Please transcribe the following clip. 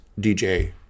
DJ